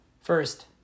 First